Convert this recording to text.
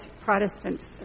Protestant